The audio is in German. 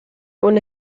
ohne